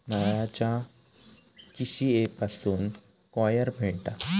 नारळाच्या किशीयेपासून कॉयर मिळता